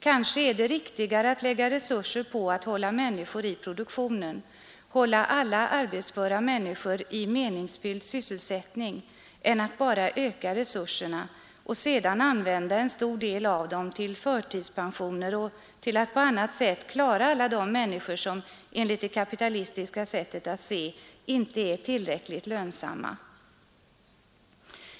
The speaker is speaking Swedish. Kanske är det riktigare att lägga resurser på att hålla människor i produktionen och ge alla arbetsföra människor en meningsfull sysselsättning än att bara öka resurserna och sedan använda en stor del av dem till förtidspensioner eller till att på annat sätt klara alla de människor som enligt det kapitalistiska sättet att se inte är tillräckligt lönsamma.